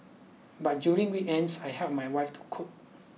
but during weekends I help my wife to cook